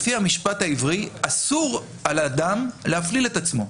לפי המשפט העברי אסור על אדם להפליל את עצמו.